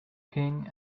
king